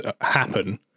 happen